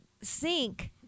sink